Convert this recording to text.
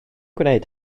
gwneud